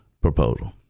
proposal